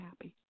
happy